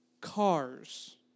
cars